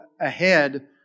ahead